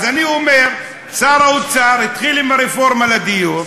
אז אני אומר, שר האוצר התחיל עם הרפורמה לדיור,